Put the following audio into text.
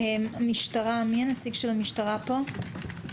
מי הנציג של המשטרה פה?